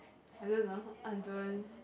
I don't know I don't